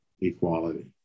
equality